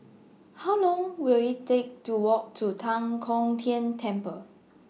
How Long Will IT Take to Walk to Tan Kong Tian Temple